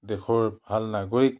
দেশৰ ভাল নাগৰিক